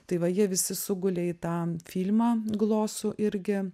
tai va jie visi sugulė į tą filmą glosų irgi